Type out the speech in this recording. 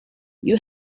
you